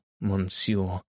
monsieur